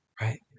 Right